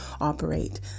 operate